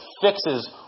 fixes